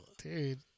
Dude